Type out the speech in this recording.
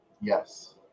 Yes